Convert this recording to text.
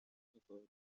میخوردم